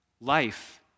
Life